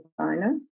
designer